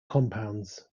compounds